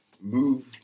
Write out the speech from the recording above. Move